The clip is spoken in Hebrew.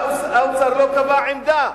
האוצר לא קבע עמדה,